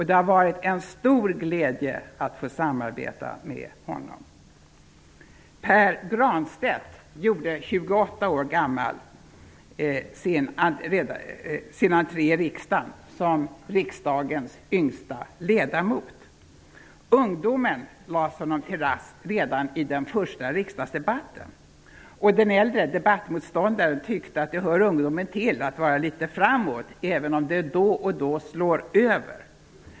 Det har varit en stor glädje att få samarbeta med honom. Ungdomen lades honom till last redan i den första riksdagsdebatten. Den äldre debattmotståndaren tyckte att det hör ungdomen till att vara litet framåt, även om det då och då slår över.